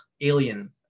alien